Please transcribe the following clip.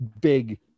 big